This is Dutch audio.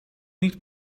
niet